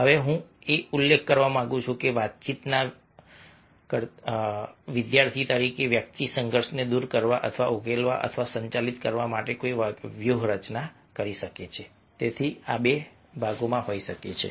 હવે હું એ ઉલ્લેખ કરવા માંગુ છું કે વાતચીતના વિદ્યાર્થી તરીકે વ્યક્તિ સંઘર્ષને દૂર કરવા અથવા ઉકેલવા અથવા સંચાલિત કરવા માટે કઈ વ્યૂહરચના કરી શકે છે